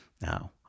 now